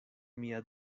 mia